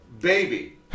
Baby